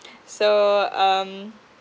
so um